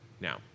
Now